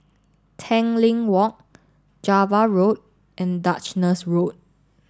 Tanglin Walk Java Road and Duchess Road